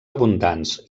abundants